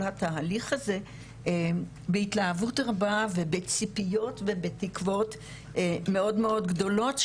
התהליך הזה בהתלהבות רבה ובציפיות ובתקוות מאוד מאוד גדולות,